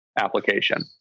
application